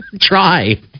Try